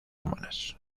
humanas